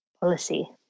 policy